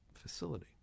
facility